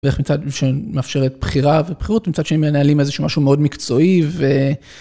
ואיך מצד שמאפשרת בחירה ובחירות, מצד שהם מנהלים איזה משהו מאוד מקצועי ו...